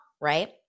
right